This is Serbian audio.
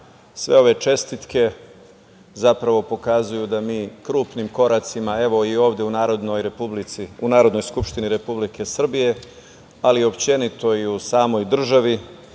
ove čestitke zapravo pokazuju da mi grupnim koracima, evo i ovde u Narodnoj skupštini Republike Srbije, ali uopšte i u samoj državi